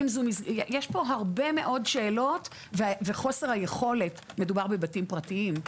יש פה הרבה מאוד שאלות וחוסר היכולת מדובר בבתים פרטיים,